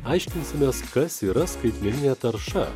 aiškinsimės kas yra skaitmeninė tarša